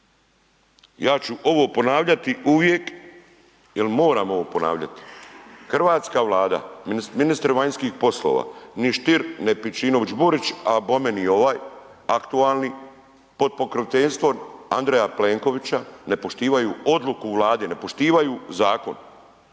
Ja ću ovo ponavljati ovo uvijek jel moram ovo ponavljati, hrvatska Vlada, ministre vanjskih poslova, ni Stier, ni Pejčinović Burić, a bome ni ovaj aktualni pod pokroviteljstvom Andreja Plenkovića ne poštivaju odluku Vlade, ne poštivaju zakon.